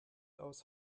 aus